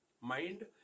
Mind